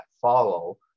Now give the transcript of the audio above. follow